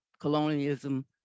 colonialism